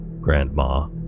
Grandma